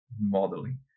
modeling